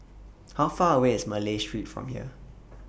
How Far away IS Malay Street from here